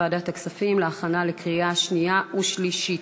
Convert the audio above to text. לוועדת הכספים להכנה לקריאה שנייה ושלישית.